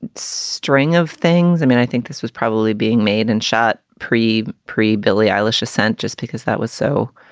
string of things, i mean, i think this was probably being made and shot pre pre billy eilish ascent. just because that was so